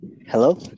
Hello